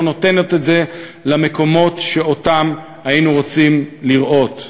נותנת את זה למקומות שבהם היינו רוצים לראות אותם.